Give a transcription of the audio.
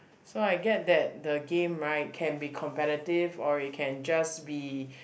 so I get that the game right can be competitive or we can just be